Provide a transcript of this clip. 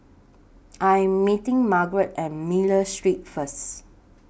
I Am meeting Margrett At Miller Street First